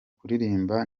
kuririmba